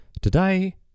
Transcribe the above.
Today